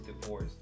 divorce